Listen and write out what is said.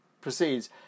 proceeds